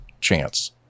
chance